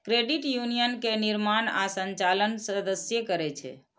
credit union के निर्माण आ संचालन सदस्ये करै छै